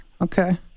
Okay